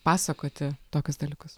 pasakoti tokius dalykus